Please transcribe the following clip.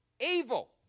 evil